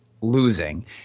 losing